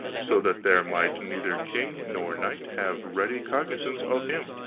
so that there might neither king nor knight have ready cognizance of him.